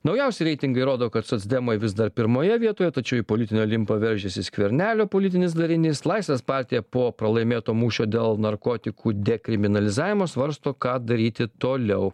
naujausi reitingai rodo kad socdemai vis dar pirmoje vietoje tačiau į politinį olimpą veržiasi skvernelio politinis darinys laisvės partija po pralaimėto mūšio dėl narkotikų dekriminalizavimo svarsto ką daryti toliau